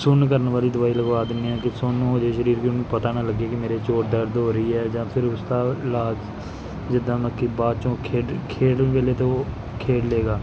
ਸੁੰਨ ਕਰਨ ਵਾਲੀ ਦਵਾਈ ਲਗਵਾ ਦਿੰਦੇ ਹਾਂ ਕਿ ਸੁੰਨ ਹੋ ਜੇ ਸਰੀਰ ਵੀ ਉਹਨੂੰ ਪਤਾ ਨਾ ਲੱਗੇ ਕਿ ਮੇਰੇ ਚੋਟ ਦਰਦ ਹੋ ਰਹੀ ਹੈ ਜਾਂ ਫਿਰ ਉਸ ਦਾ ਇਲਾਜ ਜਿੱਦਾਂ ਮਤਲਬ ਕਿ ਬਾਅਦ 'ਚੋਂ ਖੇਡ ਖੇਡਣ ਵੇਲੇ ਤਾਂ ਉਹ ਖੇਡ ਲਏਗਾ